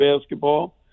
basketball